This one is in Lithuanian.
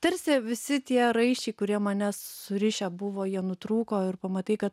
tarsi visi tie raiščiai kurie mane surišę buvo jie nutrūko ir pamatai kad